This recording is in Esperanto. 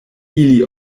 ili